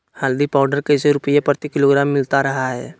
हल्दी पाउडर कैसे रुपए प्रति किलोग्राम मिलता रहा है?